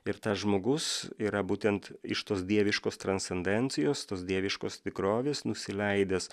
ir tas žmogus yra būtent iš tos dieviškos transcendencijos tos dieviškos tikrovės nusileidęs